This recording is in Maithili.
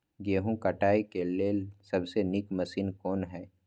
गेहूँ काटय के लेल सबसे नीक मशीन कोन हय?